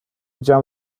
jam